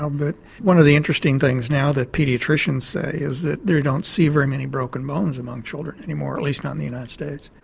um but one of the interesting things now that paediatricians say is that they don't see very many broken bones among children anymore, or at least not in the united states.